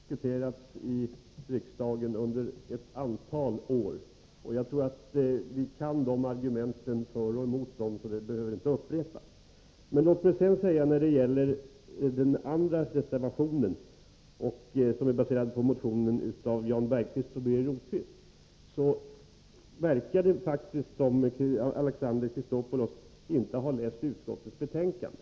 Herr talman! Den första motionen har diskuterats i riksdagen under ett antal år. Jag tror att vi kan argumenten för och emot, varför de inte behöver upprepas. Beträffande vpk:s andra reservation, som är baserad på motionen av Jan Bergqvist och Birger Rosqvist, förefaller det faktiskt som om Alexander Chrisopoulos inte har läst utskottets betänkande.